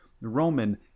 Roman